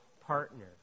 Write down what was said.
partner